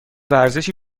ورزشی